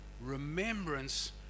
remembrance